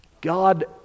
God